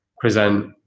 present